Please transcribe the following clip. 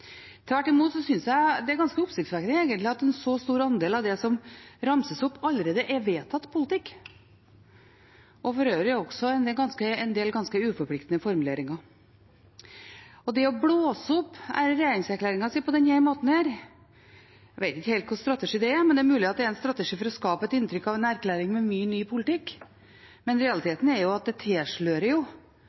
Tvert imot synes jeg egentlig det er ganske oppsiktsvekkende at en så stor andel av det som ramses opp, allerede er vedtatt politikk. For øvrig er det en del ganske uforpliktende formuleringer. Det å blåse opp regjeringserklæringen på denne måten – jeg vet ikke helt hva slags strategi det er, men det er mulig det er en strategi for å skape et inntrykk av en erklæring med mye ny politikk. Realiteten er at det tilslører